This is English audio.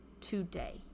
today